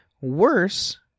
worse